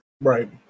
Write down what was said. Right